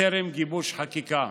בטרם גיבוש חקיקה.